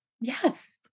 Yes